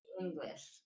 English